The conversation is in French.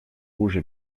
rouges